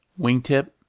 wingtip